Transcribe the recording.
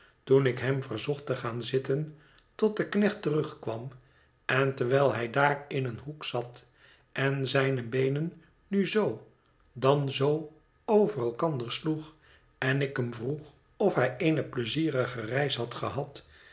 toen ik hem verzocht te gaan zitten tot de knecht terugkwam en terwijl hij daar in een hoek zat en zijne beenen nu zoo dan zoo over elkander sloeg en ik hem vroeg of hij eene pleizierige reis had gehad